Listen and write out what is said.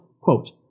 Quote